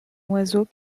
oiseau